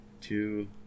two